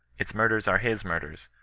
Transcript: its murders are his murders,